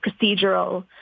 procedural